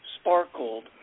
sparkled